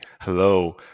Hello